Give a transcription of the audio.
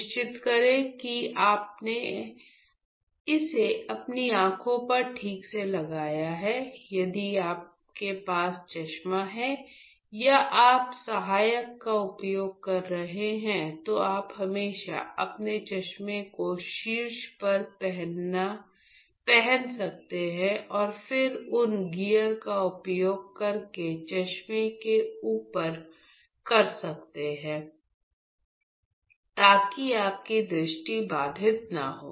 सुनिश्चित करें कि आपने इसे अपनी आंखों पर ठीक से लगाया है यदि आपके पास चश्मा है या आप सहायक का उपयोग कर रहे हैं तो आप हमेशा अपने चश्मे को शीर्ष पर पहन सकते हैं और फिर इन गियर का उपयोग अपने चश्मे के ऊपर कर सकते हैं ताकि आपकी दृष्टि बाधित न हो